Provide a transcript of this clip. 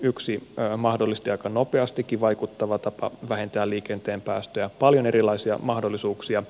yksi mahdollisesti aika nopeastikin vaikuttava tapa vähentää liikenteen päästöjä paljon erilaisia mahdollisuuksia